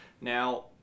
Now